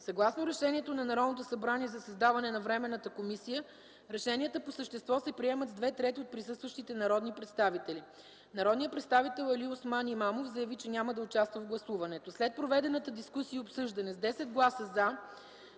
Съгласно решението на Народното събрание за създаване на Временната комисия решенията по същество се приемат с две трети от присъстващите народни представители. Народният представител Алиосман Имамов заяви, че няма да участва в гласуването. След проведената дискусия и обсъждане с 10 гласа “за”,